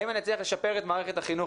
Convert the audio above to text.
האם אצליח לשפר את מערכת החינוך?